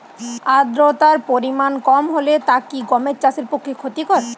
আর্দতার পরিমাণ কম হলে তা কি গম চাষের পক্ষে ক্ষতিকর?